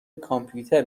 کامپیوتر